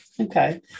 okay